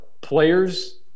players